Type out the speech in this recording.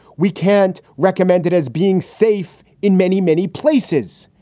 we can't recommend it as being safe in many, many places.